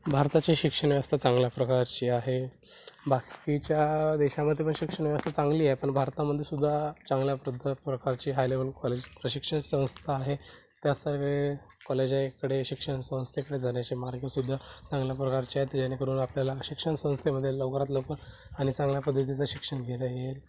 भारताची शिक्षण व्यवस्था चांगल्या प्रकारची आहे बाकीच्या देशामध्ये पण शिक्षण व्यवस्था चांगली आहे पण भारतामध्येसुद्धा चांगल्या पद्ध प्रकारची हाय लेवल कॉलेज प्रशिक्षण संस्था आहे त्या सर्व कॉलेजकडे शिक्षण संस्थेकडे जाण्याचे मार्गसुद्धा चांगल्या प्रकारचे आहेत जेणेकरून आपल्याला शिक्षण संस्थेमध्ये लवकरात लवकर आणि चांगल्या पद्धतीच शिक्षण घेता येईल